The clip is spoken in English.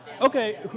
Okay